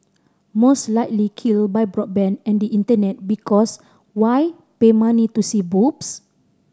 most likely killed by broadband and the Internet because why pay money to see boobs